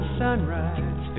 sunrise